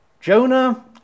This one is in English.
Jonah